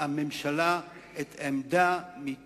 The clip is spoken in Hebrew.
אני מאוד מאוד